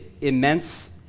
immense